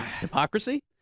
Hypocrisy